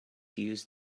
used